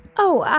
oh,